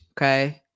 Okay